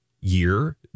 year